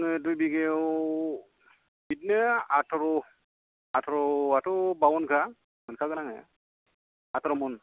आङो दुइ बिघायाव बिदिनो आतार' आतारयाथ' बाउन्दखा मोनखागोन आङो आतार' मन